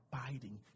abiding